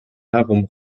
herum